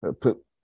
Put